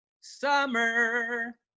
summer